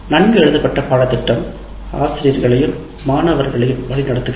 நன்கு எழுதப்பட்ட பாடத்திட்டம் ஆசிரியர்களையும் மாணவர்களையும் வழிநடத்துகிறது